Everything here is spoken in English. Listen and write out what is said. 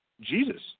Jesus